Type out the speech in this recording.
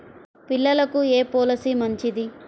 పిల్లలకు ఏ పొలసీ మంచిది?